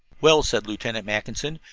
well, said lieutenant mackinson,